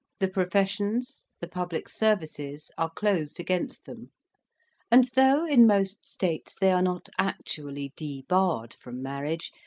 the professions, the public services are closed against them and though in most states they are not actually debarred from marriage,